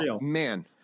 Man